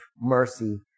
mercy